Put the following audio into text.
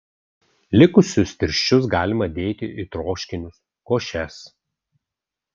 likusius tirščius galima dėti į troškinius košes